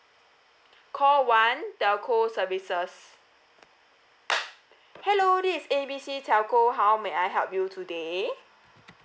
call one telco services hello this is A B C telco how may I help you today